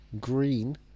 Green